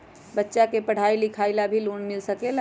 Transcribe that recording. बच्चा के पढ़ाई लिखाई ला भी लोन मिल सकेला?